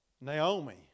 Naomi